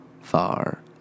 far